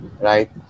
right